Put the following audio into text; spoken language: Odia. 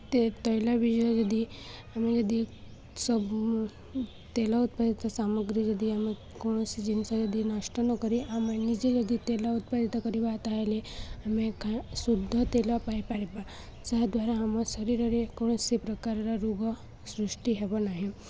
ତୈଳବୀଜ ଯଦି ଆମେ ଯଦି ସବୁ ତେଲ ଉତ୍ପାଦିତ ସାମଗ୍ରୀ ଯଦି ଆମେ କୌଣସି ଜିନିଷ ଯଦି ନଷ୍ଟ ନକରି ଆମେ ନିଜେ ଯଦି ତେଲ ଉତ୍ପାଦିତ କରିବା ତା'ହେଲେ ଆମେ ଶୁଦ୍ଧ ତେଲ ପାଇପାରିବା ଯାହା ଦ୍ୱାରା ଆମ ଶରୀରରେ କୌଣସି ପ୍ରକାରର ରୋଗ ସୃଷ୍ଟି ହେବ ନାହିଁ